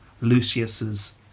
Lucius's